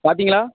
பார்த்தீங்களா